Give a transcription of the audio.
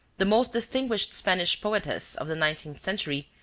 the most distinguished spanish poetess of the nineteenth century,